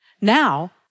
Now